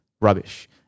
rubbish